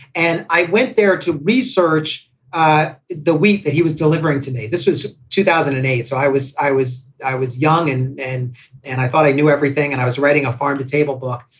and i went there to research the wheat that he was delivering today. this was two thousand and eight. so i was i was i was young and and and i thought i knew everything. and i was writing a farm to table book.